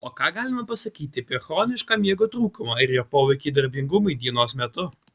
o ką galima pasakyti apie chronišką miego trūkumą ir jo poveikį darbingumui dienos metu